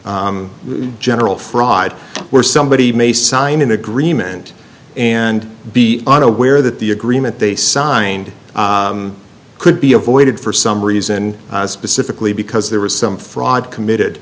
'm general fried where somebody may sign an agreement and be unaware that the agreement they signed could be avoided for some reason specifically because there was some fraud committed